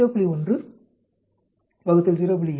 7 0